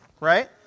right